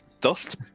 dust